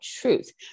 truth